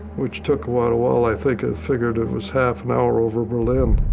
which took quite a while. i think i figured it was half an hour over berlin.